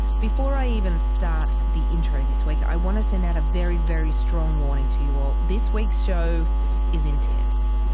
before i even start the intro this week, i want to send out a very, very strong warning to you all. this week's show is intense.